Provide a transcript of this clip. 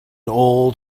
old